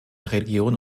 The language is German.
religion